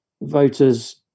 voters